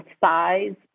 size